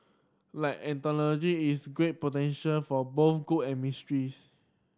like an technology it's great potential for both good and